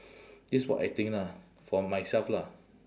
that's what I think lah for myself lah